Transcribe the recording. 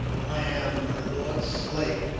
i am my lord's slave,